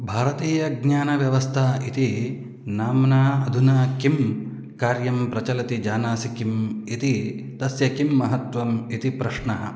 भारतीयज्ञानव्यवस्था इति नाम्ना अधुना किं कार्यं प्रचलति जानासि किम् इति तस्य किं महत्त्वम् इति प्रश्नः